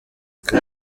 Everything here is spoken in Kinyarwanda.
reka